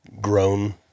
grown